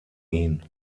ihn